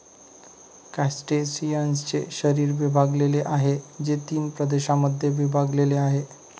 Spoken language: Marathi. क्रस्टेशियन्सचे शरीर विभागलेले आहे, जे तीन प्रदेशांमध्ये विभागलेले आहे